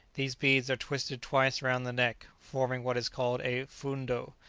these beads are twisted twice round the neck, forming what is called a foondo,